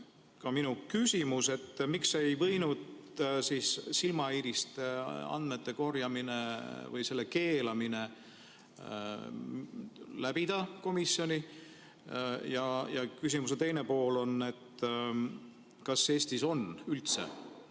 ka minu küsimus: miks ei võinud siis silmaiiriste andmete korjamine või selle keelamine läbida komisjoni? Ja küsimuse teine pool: kas Eestis on üldse